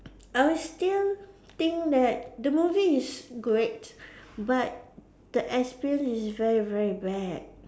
I still think that the movie is good but the experience is very very bad